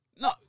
No